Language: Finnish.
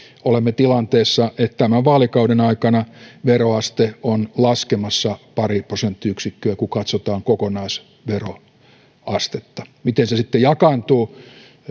olemme tilanteessa että tämän vaalikauden aikana veroaste on laskemassa pari prosenttiyksikköä kun katsotaan kokonaisveroastetta miten se sitten jakaantuu